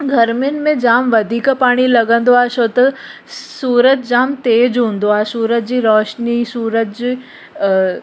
गरमियुनि में जामु वधीक पाणी लॻंदो आहे छो त सूरज जामु तेज़ हूंदो आहे सूरज जी रोशनी सूरज